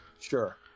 sure